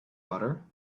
butter